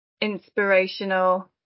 inspirational